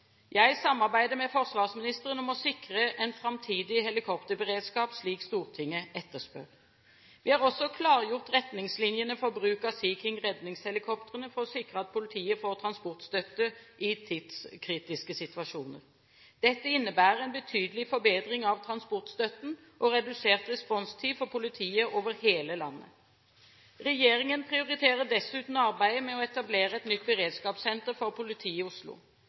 Jeg samarbeider med forsvarsministeren om å sikre en framtidig helikopterberedskap, slik Stortinget etterspør. Vi har også klargjort retningslinjene for bruk av Sea King-redningshelikoptrene for å sikre at politiet får transportstøtte i tidskritiske situasjoner. Dette innebærer en betydelig forbedring av transportstøtten og redusert responstid for politiet over hele landet. Regjeringen prioriterer dessuten arbeidet med å etablere et nytt beredskapssenter for politiet i Oslo.